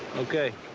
okay.